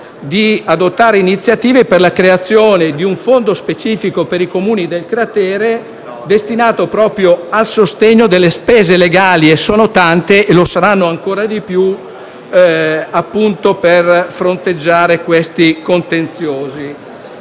adottare iniziative per la creazione di un fondo specifico per i Comuni del cratere destinato al sostegno delle spese legali - sono tante e saranno sempre maggiori - per fronteggiare siffatti contenziosi.